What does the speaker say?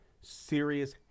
serious